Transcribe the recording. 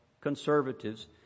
conservatives